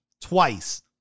twice